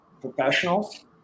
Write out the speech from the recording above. professionals